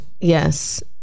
yes